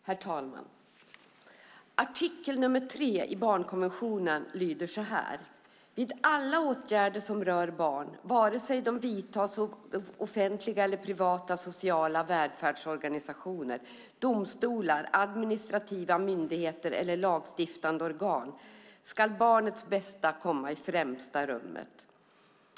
Herr talman! Artikel nr 3 i barnkonventionen lyder så här: Vid alla åtgärder som rör barn, vare sig de vidtas av offentliga eller privata sociala välfärdsorganisationer, domstolar, administrativa myndigheter eller lagstiftande organ, ska barnets bästa komma i främsta rummet.